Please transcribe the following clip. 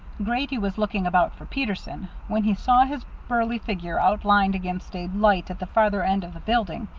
grady was looking about for peterson when he saw his burly figure outlined against a light at the farther end of the building,